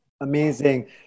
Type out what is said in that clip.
Amazing